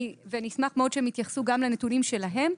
ואני אשמח מאוד שהם יתייחסו גם לנתונים שלהם.